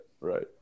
Right